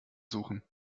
suchen